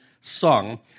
sung